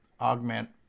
augment